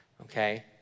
Okay